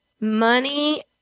money